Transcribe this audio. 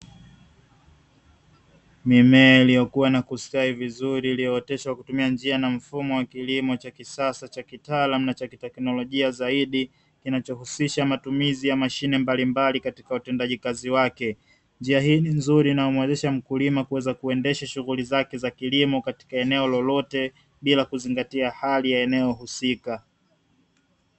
Mimea iliyokua na kustawi vizuri, iliyooteshwa kwa kutumia njia na mfumo wa kilimo cha kisasa cha kitaalamu, na cha kiteknolojia zaidi, kinachohusisha matumizi ya mashine mbalimbali katika utendaji kazi wake. Njia hii ni nzuri na humuwezesha mkulima kuweza kuendesha shughuli zake za kilimo katika eneo lolote bila kuzingatia hali ya eneo husika.